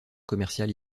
commerciale